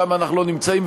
שם אנחנו לא נמצאים,